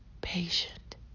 patient